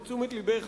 לתשומך לבך,